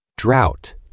Drought